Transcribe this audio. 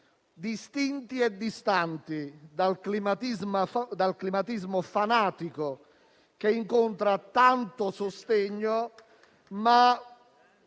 distinti e distanti dal climatismo fanatico che incontra tanto sostegno, ma